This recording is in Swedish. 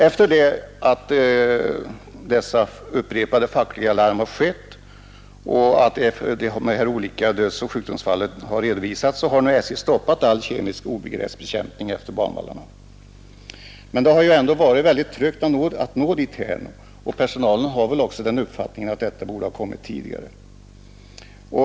Efter det att dessa upprepade fackliga larm skett och de olika dödsoch sjukdomsfallen redovisats har nu SJ stoppat all kemisk ogräsbekämpning utefter banvallarna. Men det har ju varit ytterst trögt att nå dithän, och personalen har väl också den uppfattningen att detta borde ha kommit tidigare.